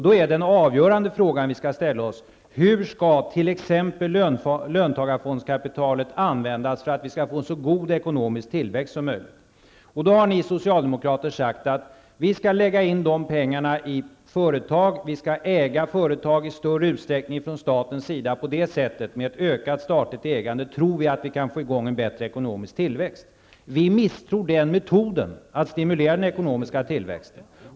Då är den avgörande frågan som vi skall ställa oss hur t.ex. löntagarfondskapitalet skall användas för att vi skall få en så god ekonomisk tillväxt som möjligt. Ni socialdemokrater har sagt att de pengarna skall läggas in i företag, att staten i större utsträckning skall äga företag och att ni tror att vi på det sättet, med ett ökat statligt ägande, kan få i gång en bättre ekonomisk tillväxt. Vi misstror den metoden att stimulera den ekonomiska tillväxten.